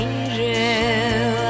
Angel